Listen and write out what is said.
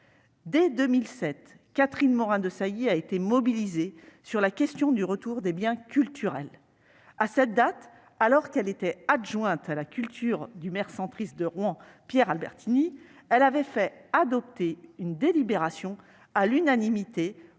Dès 2007, Catherine Morin-Desailly a été mobilisée sur la question du retour des biens culturels. À cette date, alors qu'elle était adjointe à la culture du maire centriste de Rouen Pierre Albertini, elle avait fait adopter à l'unanimité